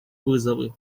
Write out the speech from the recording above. вызовы